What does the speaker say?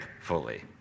fully